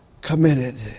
committed